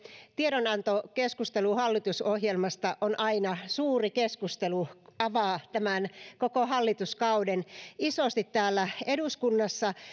tiedonantokeskustelu hallitusohjelmasta on aina suuri keskustelu avaa tämän koko hallituskauden isosti täällä eduskunnassa